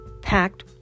packed